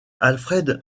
alfred